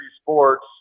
sports